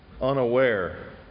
unaware